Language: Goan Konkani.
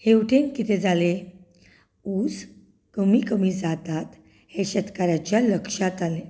हेवटेन कितें जालें ऊस कमीं कमीं जातात हें शेतकाराच्या लक्षांत आयलें